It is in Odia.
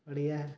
ଓଡ଼ିଆ